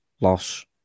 loss